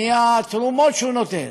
מהתרומות שהוא נותן?